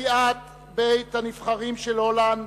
נשיאת בית-הנבחרים של הולנד